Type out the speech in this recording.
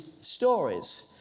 stories